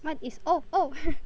what is oh oh